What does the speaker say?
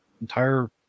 entire